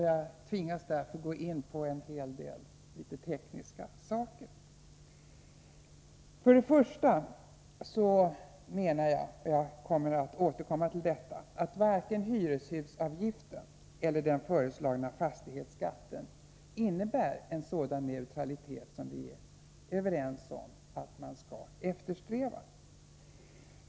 Jag tvingas därför gå in på en hel del tekniska saker. För det första menar jag — och jag återkommer senare till detta — att varken hyreshusavgiften eller den föreslagna fastighetsskatten innebär en sådan neutralitet som vi är överens om att man skall eftersträva.